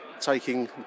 Taking